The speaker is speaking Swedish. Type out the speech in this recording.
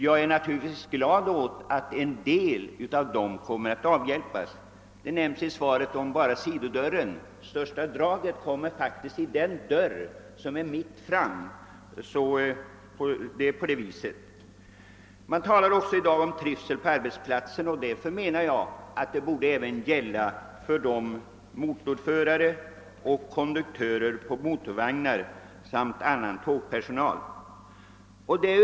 Jag är emellertid glad över att en del av de bristerna nu kommer att avhjälpas. I svaret nämns dock endast draget från sidodörren; det mest besvärande draget kommer faktiskt från den dörr som är placerad mitt fram. Det talas i dag mycket om trivseln på arbetsplatsen, och det talet borde även gälla för motorförare och konduktörer på motorvagnar samt annan tågpersonal.